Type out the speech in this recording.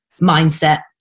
mindset